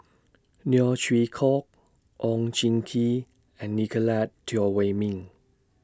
Neo Chwee Kok Oon Jin Gee and Nicolette Teo Wei Min